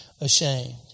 ashamed